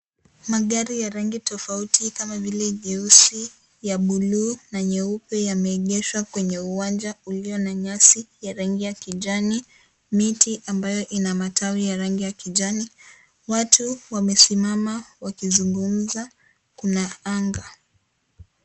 Magari ya rangi tofauti kama vile jeusi, ya bluu na nyeupe yameegeshwa kwenye uwanja ulio na nyasi ya rangi ya kijani, miti ambayo ina matawi ya rangi ya kijani. Watu wamesimama wakizungumza, kuna anga.